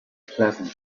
pleasant